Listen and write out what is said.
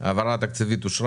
הצבעה העברה אושרה.